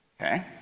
okay